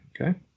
Okay